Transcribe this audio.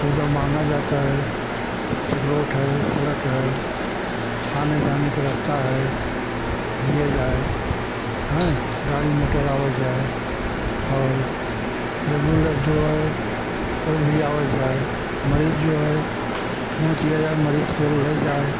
सुविधा माँगा जाता है चकरोट है सड़क है आने जाने के रास्ता है दिया जाए हैं गाड़ी मोटर आवत जाए और रेगुलर जो है वो भी आवत जाए मरीज जो है फोन किया जाए मरीज को ले जाए